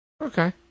Okay